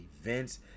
events